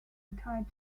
retired